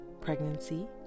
pregnancy